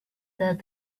that